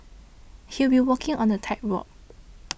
he will be walking on a tightrope